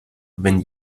wenn